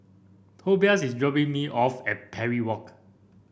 Tobias is dropping me off at Parry Walk